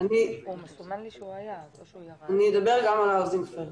אני אדבר גם על האוסינג פירסט.